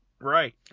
Right